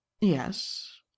Yes